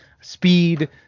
speed